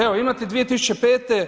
Evo imate 2005.